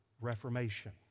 reformation